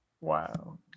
Wow